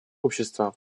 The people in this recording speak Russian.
общества